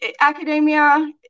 academia